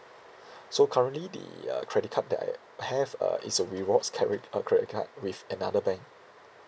so currently the uh credit card that I have uh is a rewards cre~ uh credit card with another bank